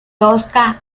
tosca